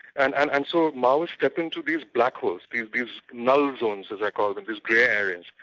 and and and so maos step into these black holes, these these null zones, as i call them, these grey areas.